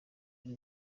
ari